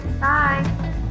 Bye